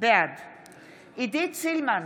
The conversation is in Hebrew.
בעד עידית סילמן,